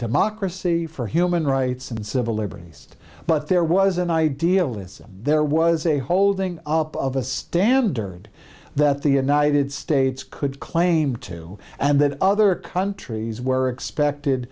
democracy for human rights and civil liberties but there was an idealism there was a holding up of a standard that the united states could claim to and then other countries were expected